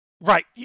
right